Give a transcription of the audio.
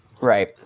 Right